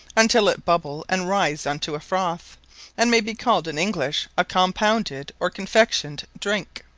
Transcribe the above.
untill it bubble and rise unto a froth and may be called in english a compounded, or confectioned drinke.